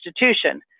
institution